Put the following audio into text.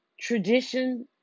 tradition